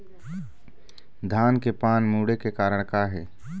धान के पान मुड़े के कारण का हे?